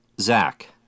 Zach